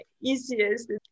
easiest